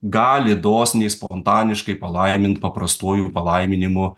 gali dosniai spontaniškai palaimint paprastuoju palaiminimu